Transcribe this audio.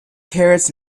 carrots